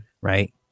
right